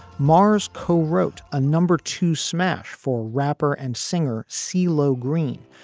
mars co-wrote a number to smash for rapper and singer cee lo green.